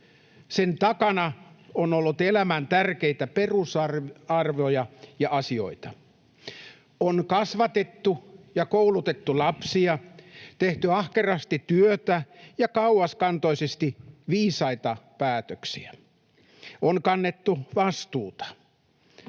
Sen takana on ollut elämän tärkeitä perusarvoja ja -asioita. On kasvatettu ja koulutettu lapsia, tehty ahkerasti työtä ja kauaskantoisesti viisaita päätöksiä. On kannettu vastuuta.